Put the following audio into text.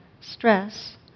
stress